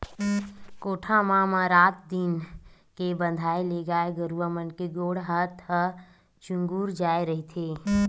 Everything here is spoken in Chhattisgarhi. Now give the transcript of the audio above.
कोठा म म रात दिन के बंधाए ले गाय गरुवा मन के गोड़ हात ह चूगूर जाय रहिथे